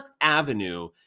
avenue